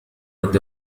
أنت